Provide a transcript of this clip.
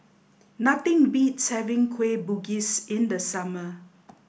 nothing beats having Kueh Bugis in the summer